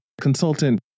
consultant